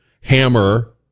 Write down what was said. hammer